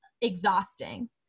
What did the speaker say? exhausting